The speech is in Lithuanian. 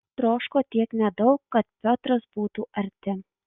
troško tiek nedaug kad piotras būtų arti